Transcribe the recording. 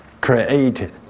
created